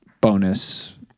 bonus